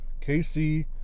KC